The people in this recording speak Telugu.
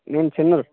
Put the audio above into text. నేను చెన్నూర్